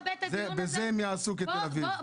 בזה הם יעשו כתל אביב.